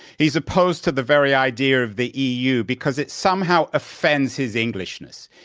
he's opposed to the very idea of the e. u. because it somehow offends his englishness.